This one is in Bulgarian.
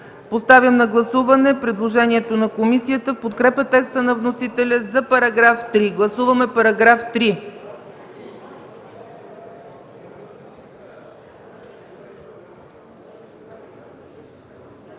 Поставям на гласуване предложението на комисията в подкрепа текста на вносителя за § 3. Гласували 132